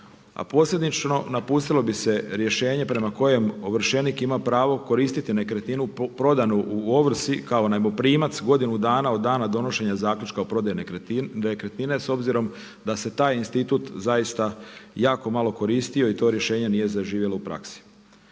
a posljedično napustilo bi se rješenje prema kojem ovršenik ima pravo koristiti nekretninu prodanu u ovrsi kao najmoprimac godinu dana od dana donošenja zaključka o prodaji nekretnina s obzirom da se taj institut zaista jako malo koristio i to rješenje nije zaživjelo u praksi.